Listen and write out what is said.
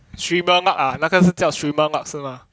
streamer luck 那个是叫 streamer luck 是吗